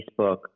Facebook